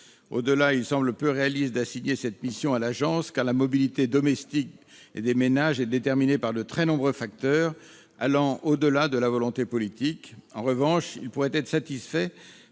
Au-delà, il semble peu réaliste d'assigner cette mission à l'agence, car la mobilité des ménages est déterminée par de très nombreux facteurs allant au-delà de la volonté politique. En revanche, cet amendement pourrait être satisfait